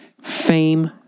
fame